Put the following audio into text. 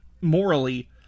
morally